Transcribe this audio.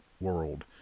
world